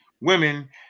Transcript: women